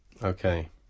Okay